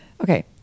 Okay